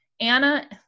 Anna